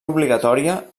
obligatòria